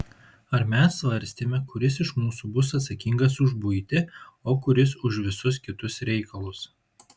ar mes svarstėme kuris iš mūsų bus atsakingas už buitį o kuris už visus kitus reikalus